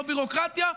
לא בירוקרטיה,